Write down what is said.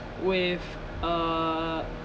with uh